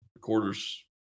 quarters